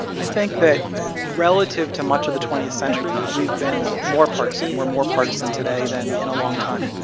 i think that relative to much of the twentieth century, we've been more partisan. we're more partisan today than in a long time.